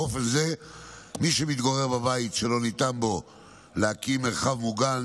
באופן זה יוכל מי שמתגורר בבית שלא ניתן להקים בו מרחב מוגן,